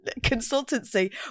consultancy